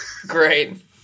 Great